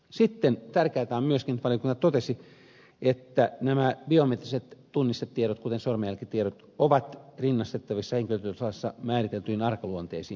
sitten tärkeätä on myöskin kuten valiokunta totesi että nämä biometriset tunnistetiedot kuten sormenjälkitiedot ovat rinnastettavissa henkilötietolaissa määriteltyihin arkaluonteisiin tietoihin